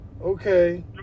Okay